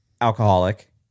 alcoholic